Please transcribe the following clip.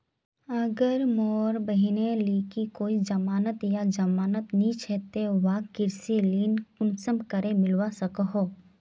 अगर मोर बहिनेर लिकी कोई जमानत या जमानत नि छे ते वाहक कृषि ऋण कुंसम करे मिलवा सको हो?